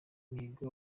mihigo